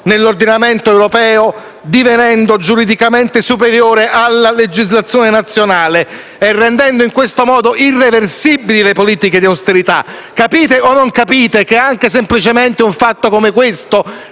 nell'ordinamento europeo, divenendo giuridicamente superiore alla legislazione nazionale e rendendo in questo modo irreversibili le politiche di austerità. Capite o non capite che anche semplicemente un fatto come questo